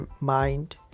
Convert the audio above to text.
mind